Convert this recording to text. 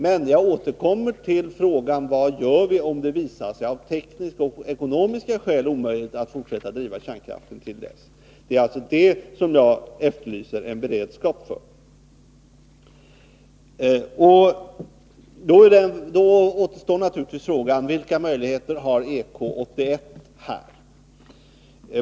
Men jag återkommer till frågan: Vad gör vi om det visar sig av tekniska och ekonomiska skäl omöjligt att fortsätta att driva kärnkraftverken till dess? Det är alltså det som jag efterlyser en beredskap för. Då återstår naturligtvis frågan: Vilka möjligheter har EK 81?